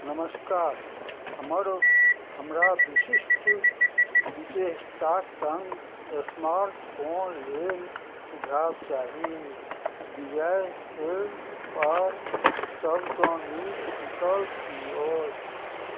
नमस्कार हमर हमरा विशिष्ट विशेषता सङ्ग स्मार्टफोन लेल सुझाव चाही विजय सेलपर सबसँ नीक विकल्प कि अछि